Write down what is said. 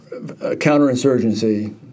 counterinsurgency